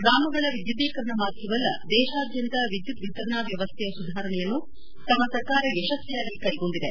ಗ್ರಾಮಗಳ ವಿದ್ನುದೀಕರಣ ಮಾತ್ರವಲ್ಲ ದೇತಾದ್ನಂತ ವಿದ್ನುತ್ ವಿತರಣಾ ವ್ಯವಸ್ಥೆಯ ಸುಧಾರಣೆಯನ್ನು ತಮ್ನ ಸರ್ಕಾರ ಯಶಸ್ತಿಯಾಗಿ ಕೈಗೊಂಡಿದೆ